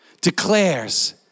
declares